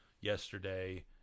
yesterday